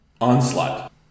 Onslaught